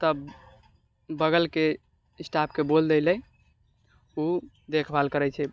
तब बगलके स्टाफके बोल दए लए ओ देखभाल करैत छै